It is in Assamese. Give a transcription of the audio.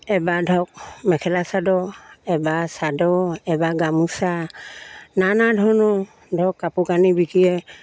এবাৰ ধৰক মেখেলা চাদৰ এবাৰ চাদৰ এবাৰ গামোচা নানা ধৰণৰ ধৰক কাপোৰ কানি বিকিয়ে